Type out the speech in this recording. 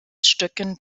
stöcken